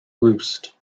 roost